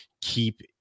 keep